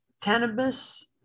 cannabis